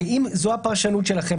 ואם זאת הפרשנות שלכם,